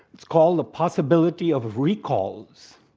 it's called the possibility of of recalls.